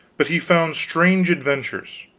but he found strange adventures